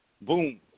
Boom